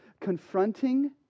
confronting